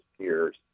peers